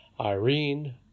Irene